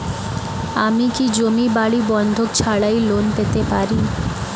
আমি কি জমি বাড়ি বন্ধক ছাড়াই লোন পেতে পারি?